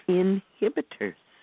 inhibitors